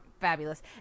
Fabulous